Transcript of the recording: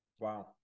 Wow